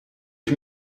ich